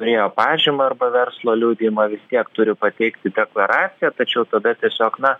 turėjo pažymą arba verslo liudijimą vis tiek turi pateikti deklaraciją tačiau tada tiesiog na